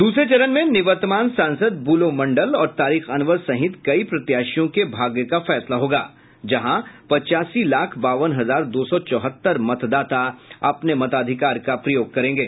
दूसरे चरण में निवर्तमान सांसद बुलो मंडल और तारिक अनवर सहित कई प्रत्याशियों के भाग्य का फैसला होगा जहां पच्चासी लाख बावन हजार दो सौ चौहत्तर मतदाता अपने मताधिकार का प्रयोग करेंगे